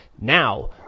Now